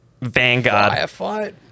Vanguard